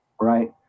Right